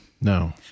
No